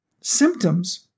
symptoms